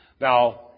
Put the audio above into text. Now